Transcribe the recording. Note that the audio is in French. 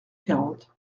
quarante